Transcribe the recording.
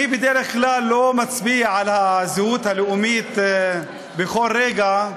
אני בדרך כלל לא מצביע על הזהות הלאומית בכל רגע,